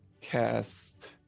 cast